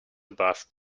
bust